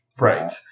Right